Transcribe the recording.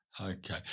Okay